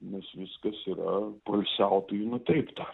nes viskas yra poilsiautojų nutrypta